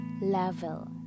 level